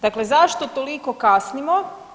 Dakle zašto toliko kasnimo?